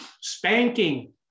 spanking